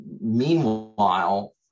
meanwhile